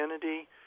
Kennedy